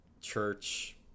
church